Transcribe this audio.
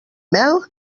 mel